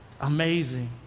amazing